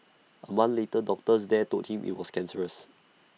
A month later doctors there told him IT was cancerous